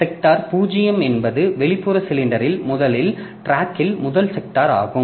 எனவே செக்டார் பூஜ்ஜியம் என்பது வெளிப்புற சிலிண்டரில் முதல் டிராக்கில் முதல் செக்டார் ஆகும்